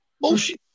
Bullshit